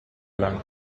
lang